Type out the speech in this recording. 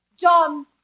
John